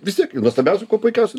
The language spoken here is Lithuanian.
vistiek nuostabiausiu kuo puikiausiai